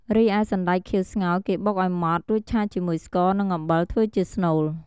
រីឯសណ្ដែកខៀវស្ងោរ គេបុកឱ្យម៉ដ្ឋ រួចឆាជាមួយស្ករ និងអំបិលធ្វើជាស្នូល។